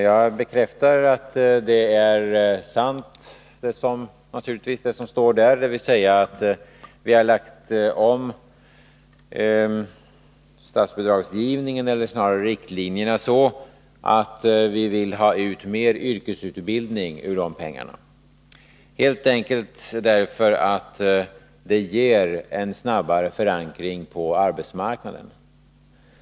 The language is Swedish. Jag bekräftar att det som står där naturligtvis är sant, dvs. att vi har lagt om riktlinjerna för statsbidragsgivningen så, att vi kan få ut mer yrkesutbildning för pengarna, helt enkelt därför att den ger de arbetssökande en snabbare förankring på arbetsmarknaden.